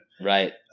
Right